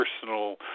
personal